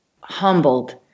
humbled